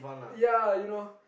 ya you know